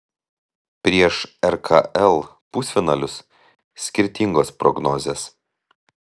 prieš rkl pusfinalius skirtingos prognozės